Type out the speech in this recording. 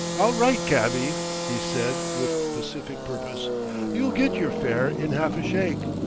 all right, cabby, he said, with pacific purpose you'll get your fare in half a shake.